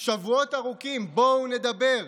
שבועות ארוכים: בואו נדבר.